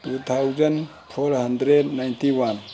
two thousand four hundred ninety one